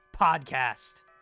podcast